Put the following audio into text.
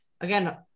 again